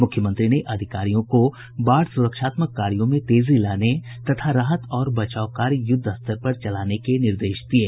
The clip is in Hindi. मुख्यमंत्री ने अधिकारियों को बाढ़ सुरक्षात्मक कार्यों में तेजी लाने तथा राहत और बचाव कार्य यूद्धस्तर पर चलाने के निर्देश दिये